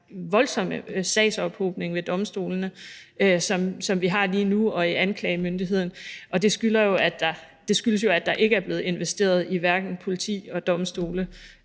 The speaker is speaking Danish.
voldsomme sagsophobning ved domstolene og ved anklagemyndigheden, som vi har lige nu. Og det skyldes jo, at der ikke er blevet investeret i hverken politi eller domstole